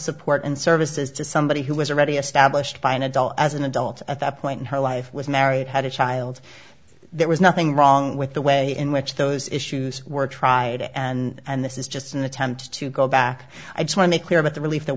support and services to somebody who was already established by an adult as an adult at that point in her life was married had a child there was nothing wrong with the way in which those issues were tried and this is just an attempt to go back i guess when they clear about the relief that